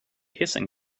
hissing